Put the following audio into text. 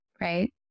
right